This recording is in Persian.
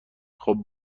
خوب